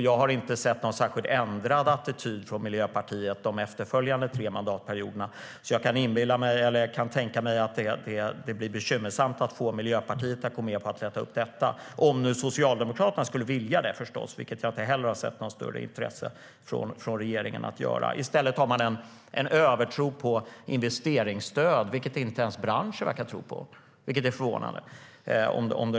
Jag har inte sett någon ändrad attityd från Miljöpartiet de efterföljande tre mandatperioderna, så jag kan tänka mig att det blir bekymmersamt att få Miljöpartiet att gå med på att lätta upp detta, om nu Socialdemokraterna skulle vilja det, förstås, vilket jag inte heller har sett så mycket tecken på från regeringen. I stället har man en övertro på investeringsstöd, vilket inte ens branschen verkar tro på. Det är förvånande.